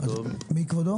הכלכלה.